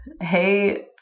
Hey